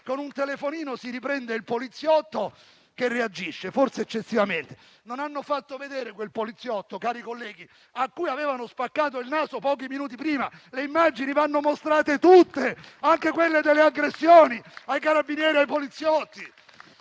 con un telefonino si riprende il poliziotto che reagisce, forse eccessivamente. Ma non hanno fatto vedere che a quel poliziotto, cari colleghi, avevano spaccato il naso pochi minuti prima. Le immagini vanno mostrate tutte, anche quelle delle aggressioni ai carabinieri e ai poliziotti.